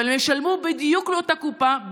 אבל הם ישלמו בדיוק לאותה קופה,